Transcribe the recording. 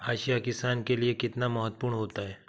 हाशिया किसान के लिए कितना महत्वपूर्ण होता है?